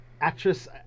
actress